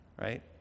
right